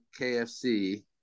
KFC